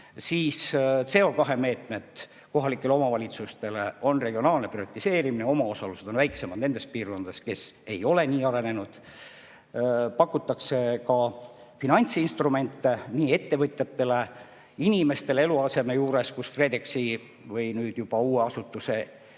CO2meetmed kohalikele omavalitsustele, regionaalne prioritiseerimine, omaosalused on väiksemad nendes piirkondades, mis ei ole nii arenenud. Pakutakse ka finantsinstrumente nii ettevõtjatele kui ka inimestele eluasemelaenude käenduseks KredExilt või nüüd juba uuelt asutuselt,